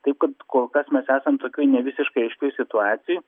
taip kad kol kas mes esam tokioj nevisiškai aiškioj situacijoj